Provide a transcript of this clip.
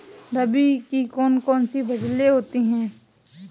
रबी की कौन कौन सी फसलें होती हैं?